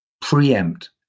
preempt